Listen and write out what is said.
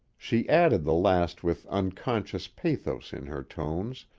she added the last with unconscious pathos in her tones,